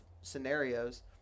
scenarios